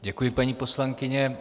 Děkuji, paní poslankyně.